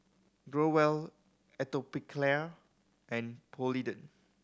Growell Atopiclair and Polident